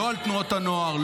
לא על תנועות הנוער,